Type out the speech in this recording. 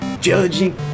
judging